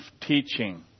teaching